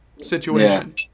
situation